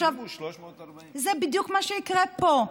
עכשיו, ושילמו 340. זה בדיוק מה שיקרה פה: